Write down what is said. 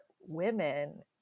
women